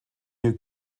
new